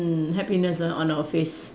mm happiness ah on our face